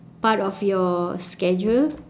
part of your schedule